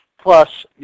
Plus